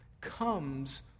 comes